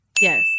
Yes